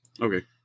Okay